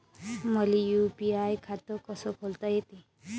मले यू.पी.आय खातं कस खोलता येते?